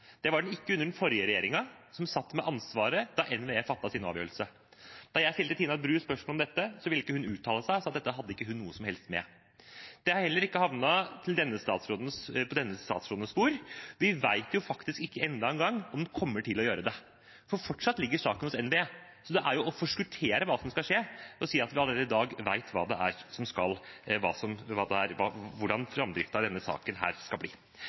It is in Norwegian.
Det var den ikke under den forrige regjeringen, som satt med ansvaret da NVE fattet sin avgjørelse. Da jeg stilte Tina Bru spørsmål om dette, ville hun ikke uttale seg og sa at dette hadde ikke hun noe som helst med. Det er heller ikke havnet på denne statsrådens bord. Vi vet faktisk ikke engang ennå om den kommer til å gjøre det, for fortsatt ligger saken hos NVE. Så det er å forskuttere hva som skal skje, å si at vi allerede i dag vet hvordan framdriften i denne saken skal bli. Men jeg er likevel glad for at vi får diskutert saken,